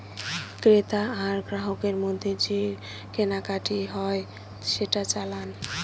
ক্রেতা আর গ্রাহকের মধ্যে যে কেনাকাটি হয় সেটা চালান